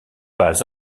pas